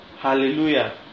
hallelujah